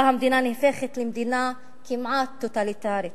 שבה המדינה הופכת למדינה כמעט טוטליטרית,